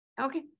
Okay